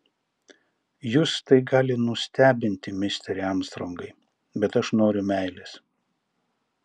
jus tai gali nustebinti misteri armstrongai bet aš noriu meilės